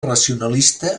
racionalista